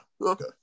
Okay